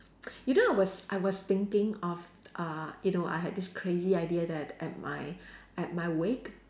you know I was I was thinking of uh you know I had this crazy idea that at my at my wake